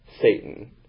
Satan